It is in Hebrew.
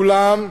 אולם,